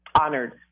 honored